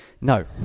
No